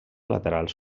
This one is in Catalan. laterals